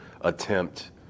attempt